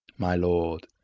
my lord,